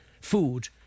food